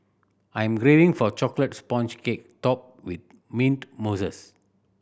I'm craving for a chocolate sponge cake topped with mint mousses